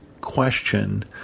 question